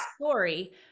story